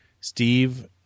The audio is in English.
Steve